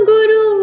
Guru